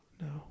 No